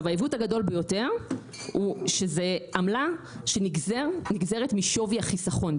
העיוות הגדול ביותר שזה עמלה שנגזרת משווי החיסכון.